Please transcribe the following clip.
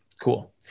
cool